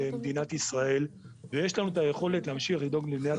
אלא באמת עזרו למדינת ישראל ויש לנו את היכולת להמשיך לדאוג למדינת